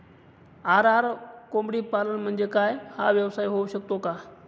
RR कोंबडीपालन म्हणजे काय? हा व्यवसाय होऊ शकतो का?